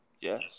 Yes